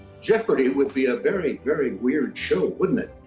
jeopardy would be a very, very weird show, wouldn't it?